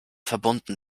verbunden